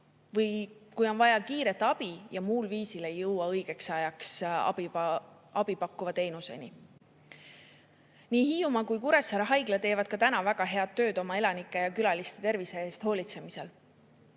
või kui on vaja kiiret abi ja muul viisil ei jõua õigeks ajaks abi pakkuva teenuseni. Nii Hiiumaa kui Kuressaare Haigla teevad ka täna väga head tööd oma elanike ja külaliste tervise eest hoolitsemisel.